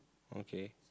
okay